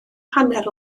hanner